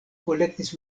kolektis